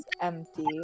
empty